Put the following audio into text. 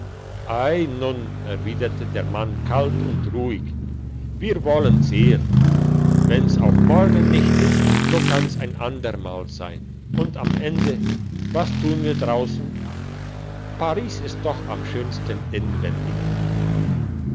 nun erwiderte der mann kalt und ruhig wir wollen sehn wenn's auch morgen nicht ist so kann's ein ander mal sein und am ende was tun wir draussen paris ist doch am schönsten inwendig